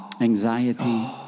anxiety